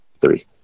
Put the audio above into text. three